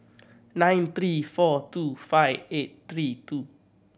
nine three four two five eight three two